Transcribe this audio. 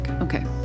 Okay